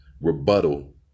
rebuttal